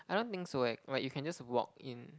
I don't think so eh like you can just walk in